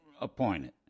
appointed